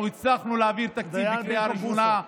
אנחנו הצלחנו להעביר תקציב בקריאה ראשונה,